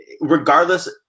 regardless